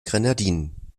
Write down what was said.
grenadinen